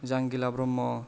Jangila Brahma